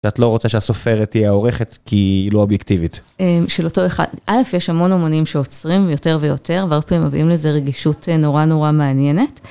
ואת לא רוצה שהסופרת תהיה העורכת כי היא לא אובייקטיבית. של אותו אחד, א', יש המון אומנים שעוצרים יותר ויותר, והרפאים מביאים לזה רגישות נורא נורא מעניינת.